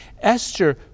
Esther